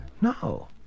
No